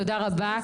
תודה רבה.